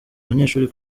abanyeshuri